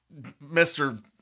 Mr